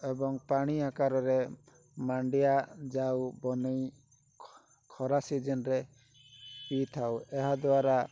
ଏବଂ ପାଣି ଆକାରରେ ମାଣ୍ଡିଆ ଜାଉ ବନାଇ ଖରା ସିଜିନ୍ରେ ପିଇଥାଉ ଏହା ଦ୍ଵାରା